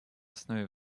основе